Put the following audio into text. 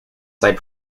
side